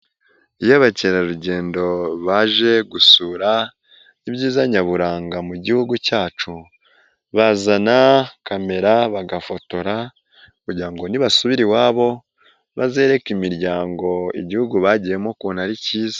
Iyo abakerarugendo baje gusura ibyiza nyaburanga mu gihugu cyacu bazana kamera bagafotora kugira ngo nibasubira iwabo bazereke imiryango igihugu bagiyemo ukuntu ari cyiza.